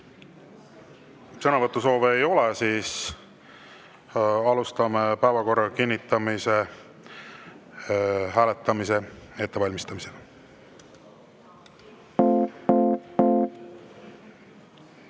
Sõnavõtusoove ei ole. Alustame päevakorra kinnitamise hääletamise ettevalmistamist.